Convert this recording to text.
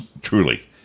truly